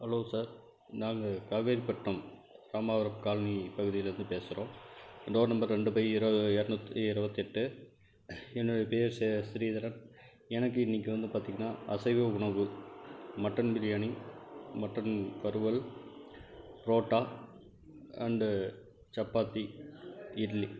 hello sir நாங்கள் Kaveripattinam Ramapuram colony பகுதிலிருந்து பேசுகிறோம் டோர் நம்பர் ரெண்டு பை இருவ இரநூத்தி இருபத்தெட்டு என்னுடைய பெயர் சே ஸ்ரீதரன் எனக்கு இன்னிக்கு வந்து பார்த்திங்னா அசைவ உணவு மட்டன் பிரியாணி மட்டன் வறுவல் புரோட்டா அண்டு சப்பாத்தி இட்லி